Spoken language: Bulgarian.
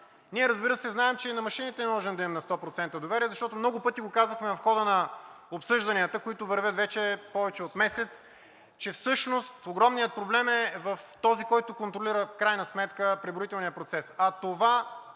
Ние, разбира се, знаем, че и на машините не можем да имаме 100% доверие, защото много пъти го казахме в хода на обсъжданията, които вървят вече повече от месец, че всъщност огромният проблем е в този, който контролира в крайна сметка преброителния процес,